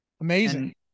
Amazing